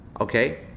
okay